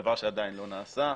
דבר שעדיין לא נעשה.